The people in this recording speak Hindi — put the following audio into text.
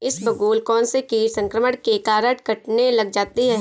इसबगोल कौनसे कीट संक्रमण के कारण कटने लग जाती है?